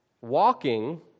walking